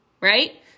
right